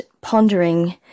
pondering